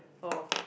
O